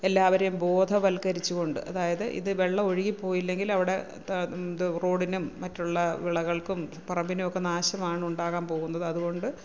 എല്ലാവരെയും ബോധവത്ക്കരിച്ചു കൊണ്ട് അതായത് ഇതു വെള്ളം ഒഴുകി പോയില്ലെങ്കില് അവിടെ ത റോഡിനും മറ്റുള്ള വിളകള്ക്കും പറമ്പിനുമൊക്കെ നാശമാണ് ഉണ്ടാകാന് പോകുന്നത് അതുകൊണ്ട്